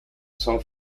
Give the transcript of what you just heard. son